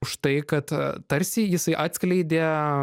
už tai kad a tarsi jisai atskleidė